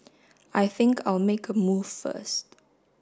I think I'll make a move first